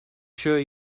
sure